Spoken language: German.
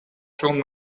schon